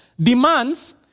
demands